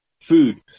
food